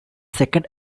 second